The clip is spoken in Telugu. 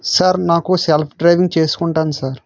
సార్ నాకు సెల్ఫ్ డ్రైవింగ్ చేసుకుంటాను సార్